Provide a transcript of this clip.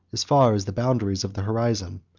as far as the boundaries of the horizon.